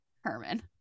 Herman